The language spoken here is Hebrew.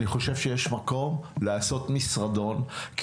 אני חושב שיש מקום לעשות משרדון,